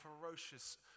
ferocious